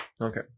Okay